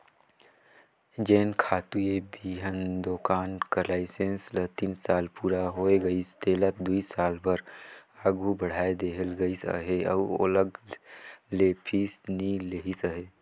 जेन खातूए बीहन दोकान कर लाइसेंस ल तीन साल पूरा होए गइस तेला दुई साल बर आघु बढ़ाए देहल गइस अहे अउ अलग ले फीस नी लेहिस अहे